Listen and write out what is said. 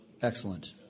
Excellent